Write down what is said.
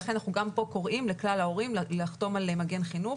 לכן אנחנו גם כאן קוראים לכלל ההורים לחתום על מגן חינוך,